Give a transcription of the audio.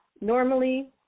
normally